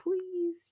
please